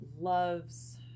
loves